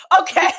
okay